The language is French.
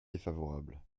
défavorable